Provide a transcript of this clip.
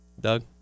Doug